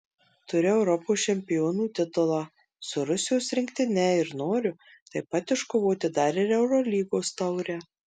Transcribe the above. turiu europos čempionų titulą su rusijos rinktine ir noriu taip pat iškovoti dar ir eurolygos taurę